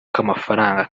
k’amafaranga